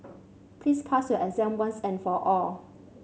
please pass your exam once and for all